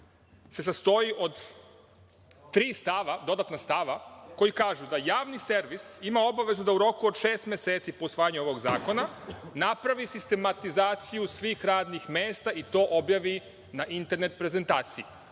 se sastoji od tri dodatna stava koji kažu da javni servis ima obavezu da u roku od šest meseci po usvajanju ovog zakona napravi sistematizaciju svih radnih mesta i to objavi na internet prezentaciji.